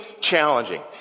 challenging